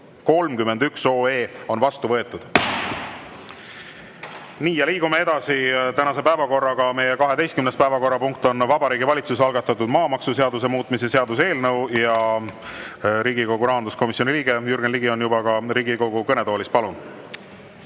431 on vastu võetud. Liigume tänase päevakorraga edasi. Meie 12. päevakorrapunkt on Vabariigi Valitsuse algatatud maamaksuseaduse muutmise seaduse eelnõu. Ja Riigikogu rahanduskomisjoni liige Jürgen Ligi on juba Riigikogu kõnetoolis. Palun!